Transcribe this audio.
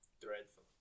dreadful